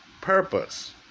purpose